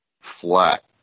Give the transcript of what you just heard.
flat